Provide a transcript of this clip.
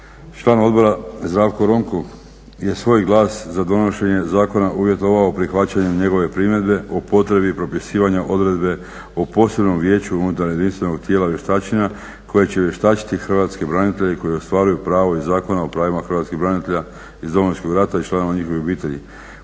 član odbora Zdravko Ronko je svoj glas za donošenje zakona uvjetovao prihvaćanjem njegove primjedbe o potrebi propisivanja odredbe o posebnom vijeću unutar jedinstvenog tijela vještačenja koje će vještačiti hrvatske branitelje koji ostvaruju pravo iz Zakona o pravima hrvatskih branitelja iz Domovinskog rata i članova njihovih obitelji